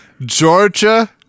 Georgia